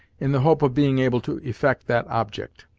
in the hope of being able to effect that object.